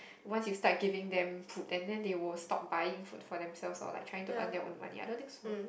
once you start giving them food and then they will stop buying food for themselves or like trying to earn their own money I don't think so